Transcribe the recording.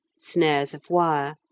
snares of wire,